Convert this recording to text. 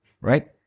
right